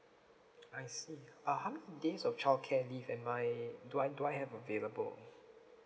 I see uh how many days of childcare leave am I do I do I have available